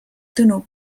tõnu